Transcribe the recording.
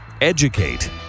educate